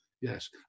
yes